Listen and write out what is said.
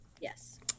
Yes